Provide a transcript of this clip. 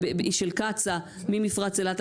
של קצא"א, ממפרץ אילת.